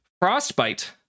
frostbite